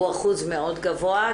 והוא אחוז מאוד גבוה.